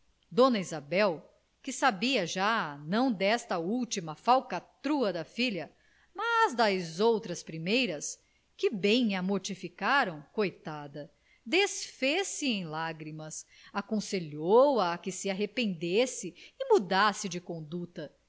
dona isabel que sabia já não desta última falcatrua da filha mas das outras primeiras que bem a mortificaram coitada desfez-se em lágrimas aconselhou a a que se arrependesse e mudasse de conduta